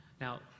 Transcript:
Now